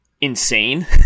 insane